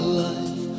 life